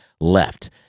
left